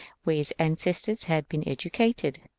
where his ancestors had been educated.